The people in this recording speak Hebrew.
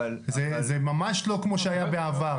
זה ממש לא כמו שהיה בעבר.